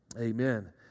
Amen